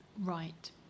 Right